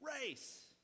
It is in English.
race